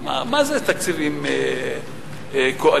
מה זה תקציבים קואליציוניים?